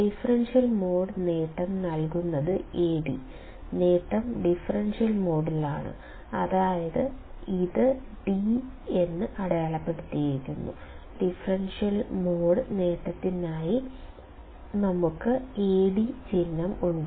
differential mode നേട്ടം നൽകുന്നത് Ad നേട്ടം ഡിഫറൻഷ്യൽ മോഡിലാണ് അതിനാലാണ് ഇത് d എന്ന് അടയാളപ്പെടുത്തിയിരിക്കുന്നത് ഡിഫറൻഷ്യൽ മോഡ് നേട്ടത്തിനായി ഞങ്ങൾക്ക് Ad ചിഹ്നം ഉണ്ട്